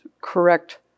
correct